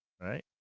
right